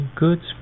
good